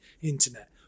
internet